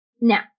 Now